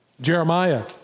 Jeremiah